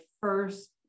first